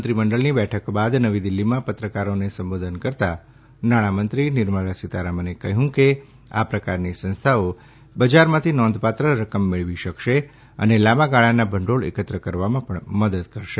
મંત્રીમંડળની બેઠક બાદ નવી દિલ્હીમાં પત્રકારોને સંબોધન કરતાં નાણાંમંત્રી નિર્મળા સીતારમણે કહ્યું કે આ પ્રકારની સંસ્થાઓ બજારમાંથી નોંધપાત્ર રકમ મેળવી શકશે અને લાંબા ગાળાના ભંડોળ એકત્ર કરવામાં પણ મદદ કરશે